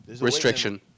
restriction